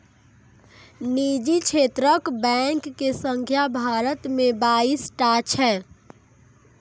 निजी क्षेत्रक बैंक के संख्या भारत मे बाइस टा छै